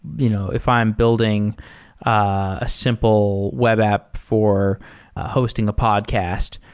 you know if i'm building a simple web app for hosting a podcast,